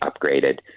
upgraded